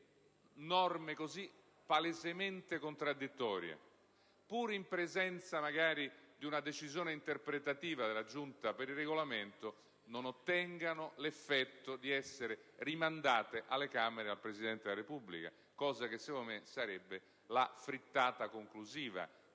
norme così palesemente contraddittorie, pur in presenza magari di una decisione interpretativa della Giunta per il Regolamento, non ottengano l'effetto di essere rimandate alle Camere dal Presidente della Repubblica, cosa che secondo me sarebbe la frittata conclusiva